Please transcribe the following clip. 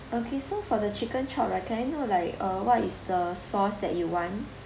okay so for the chicken chop right can I know like uh what is the sauce that you want